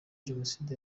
jenoside